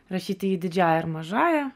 rašyti jį didžiąja ar mažąja